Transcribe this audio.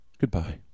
Goodbye